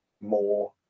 more